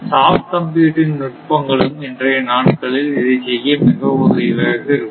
சாஃப் computing நுட்பங்களும் இன்றைய நாட்களில் இதைச் செய்ய மிகவும் உதவியாக இருக்கும்